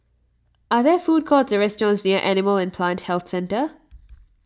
are there food courts or restaurants near Animal and Plant Health Centre